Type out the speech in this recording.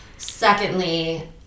Secondly